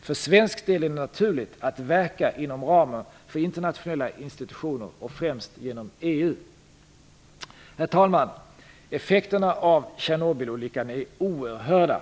För svensk del är det naturligt att verka inom ramen för internationella institutioner och främst genom EU. Herr talman! Effekterna av Tjernobylolyckan är oerhörda.